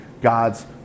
God's